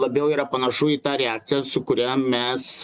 labiau yra panašu į tą reakciją su kuria mes